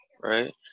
right